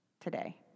today